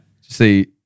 See